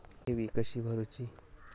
ठेवी कशी भरूची?